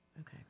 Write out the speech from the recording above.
okay